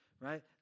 right